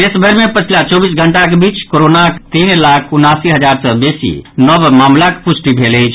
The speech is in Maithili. देशभरि मे पछिला चौबीस घंटाक बीच कोरोनाक तीन लाख उनासी हजार सँ बेसी नव मामिलाक पुष्टि भेल अछि